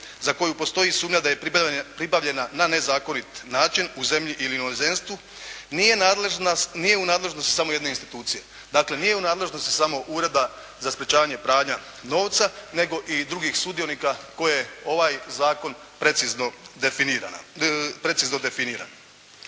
za koju postoji sumnja da je pribavljena na nezakonit način u zemlji ili inozemstvu nije u nadležnosti samo jedne institucije. Dakle, nije u nadležnosti samo Ureda za sprječavanje pranja novca, nego i drugih sudionika koje ovaj zakon precizno definira.